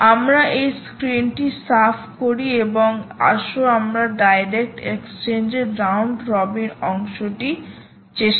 আমরা এই স্ক্রিনটি সাফ করি এবং আসো আমরা ডাইরেক্ট এক্সচেঞ্জ এর রাউন্ড রবিন অংশটি চেষ্টা করি